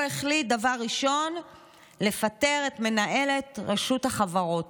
הוא החליט דבר ראשון לפטר את מנהלת רשות החברות.